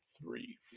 three